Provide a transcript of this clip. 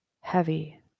heavy